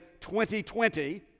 2020